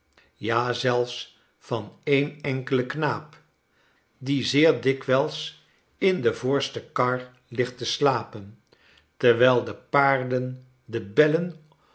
ja zelfs van een enkelen knaap die zeer dikwijls in de voorste kar ligt te slapen terwijl de paarden de bellen